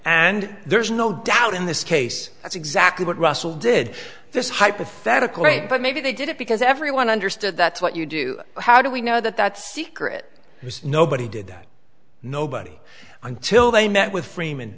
and there's no doubt in this case that's exactly what russell did this hypothetical right but maybe they did it because everyone understood that's what you do how do we know that that secret nobody did that nobody until they met with fr